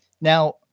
Now